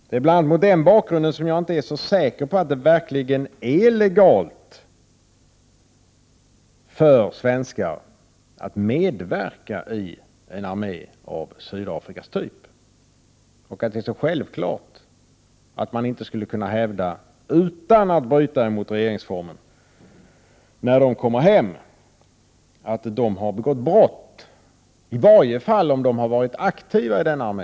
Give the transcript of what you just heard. Det är bl.a. mot den bakgrunden som jag inte är så säker på att det verkligen är legalt för svenskar att medverka i en arméav Sydafrikas typ. Det är heller inte självklart att man, när de som medverkat i denna armé kommer hem till Sverige, inte skulle kunna hävda — utan att bryta mot regeringsformen — att dessa människor har begått ett brott. Det skulle man i varje fall kunna hävda om de har varit aktiva i denna armé.